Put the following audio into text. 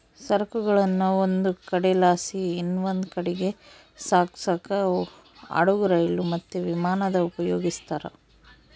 ಸರಕುಗುಳ್ನ ಒಂದು ಕಡೆಲಾಸಿ ಇನವಂದ್ ಕಡೀಗ್ ಸಾಗ್ಸಾಕ ಹಡುಗು, ರೈಲು, ಮತ್ತೆ ವಿಮಾನಾನ ಉಪಯೋಗಿಸ್ತಾರ